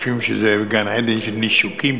חכה, תן להם להתנשק.